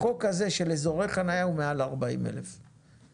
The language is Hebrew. החוק הזה של אזורי חניה הוא כאשר יש מעל 40 אלף תושבים.